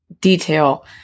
detail